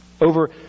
over